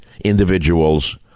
individuals